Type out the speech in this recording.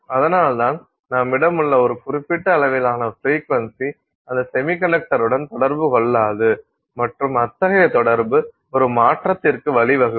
அதனால்தான் நம்மிடமுள்ள ஒரு குறிப்பிட்ட அளவிலான ஃப்ரீக்வென்சி அந்த செமிகண்டக்டர் உடன் தொடர்பு கொள்ளாது மற்றும் அத்தகைய தொடர்பு ஒரு மாற்றத்திற்கு வழிவகுக்கும்